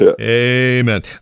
Amen